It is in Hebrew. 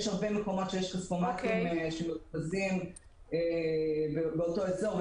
היו הרבה מאוד מקומות עם כספומטים באותו אזור,